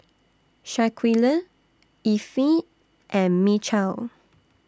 Shaquille Effie and Mychal